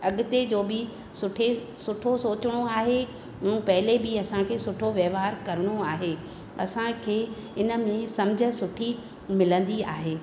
अॻिते जो बि सुठे सुठो सोचिणो आहे ऐं पहले बि असांखे सुठो वहिंवार करिणो आहे असांखे इन में सम्झ सुठी मिलंदी आहे